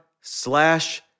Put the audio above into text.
slash